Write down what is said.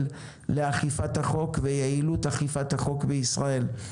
לאכיפת החוק ויעילות אכיפת החוק בישראל.